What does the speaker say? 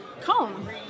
Comb